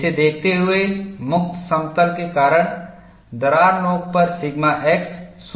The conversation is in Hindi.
इसे देखते हुए मुक्त समतल के कारण दरार नोक पर सिग्मा x 0 होगा